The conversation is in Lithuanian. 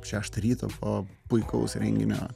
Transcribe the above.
šeštą ryto po puikaus renginio